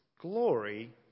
glory